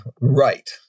right